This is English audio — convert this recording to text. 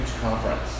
conference